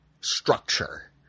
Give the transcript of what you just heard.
structure